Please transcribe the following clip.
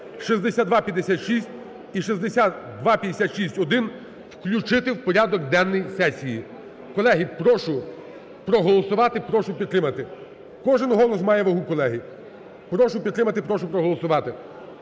6256 і 6256-1 включити у порядок денний сесії. Колеги, прошу проголосувати, прошу підтримати. Кожен голос має вагу, колеги. Прошу підтримати, прошу проголосувати.